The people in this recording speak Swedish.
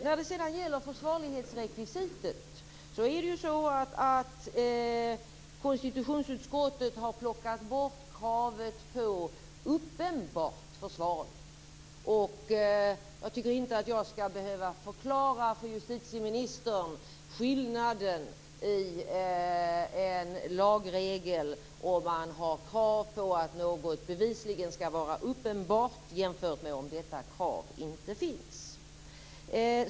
När det sedan gäller försvarlighetsrekvisitet är det så att konstitutionsutskottet har plockat bort kravet på att innehavet skall vara uppenbart försvarligt. Jag tycker inte att jag för justitieministern skall behöva förklara skillnaden mellan om det finns krav på att innehav bevisligen skall vara uppenbart försvarligt och om detta krav inte finns i en lagregel.